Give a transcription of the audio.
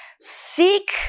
seek